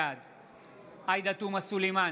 בעד עאידה תומא סלימאן,